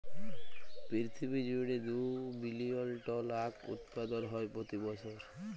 পিরথিবী জুইড়ে দু বিলিয়ল টল আঁখ উৎপাদল হ্যয় প্রতি বসর